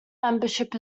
membership